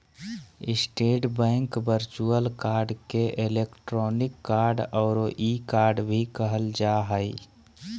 state bank virtual card के electronic card औरो e card भी कहल जा हइ